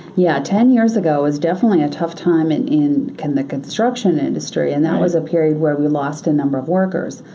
yeah, ten years ago was definitely a tough time and in the construction industry and that was a period where we lost a number of workers.